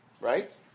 right